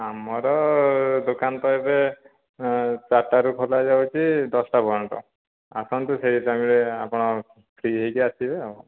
ଆମର ଦୋକାନ ତ ଏବେ ଚାରଟାରୁ ଖୋଲାଯାଉଛି ଦଶଟା ପର୍ଯ୍ୟନ୍ତ ଆସନ୍ତୁ ସେଇ ଟାଇମ ରେ ଆପଣ ଫ୍ରି ହେଇକି ଆସିବେ ଆଉ